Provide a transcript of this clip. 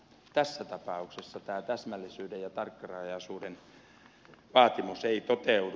tässä tapauksessa tämä täsmällisyyden ja tarkkarajaisuuden vaatimus ei toteudu